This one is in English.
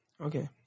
Okay